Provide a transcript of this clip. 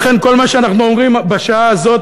לכן כל מה שאנחנו אומרים בשעה הזאת,